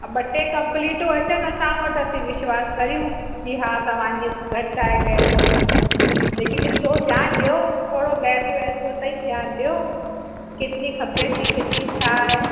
ॿ टे कमप्लीटूं अचनि असां वटि असीं विश्वास कयूं कि हा तव्हांजी घटि आहे गैस जेकी ॾिसो ध्यानु ॾियो थोरो गैस वैस तांई ध्यानु ॾियो केतिरी खपे थी केतिरी छा आहे